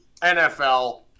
NFL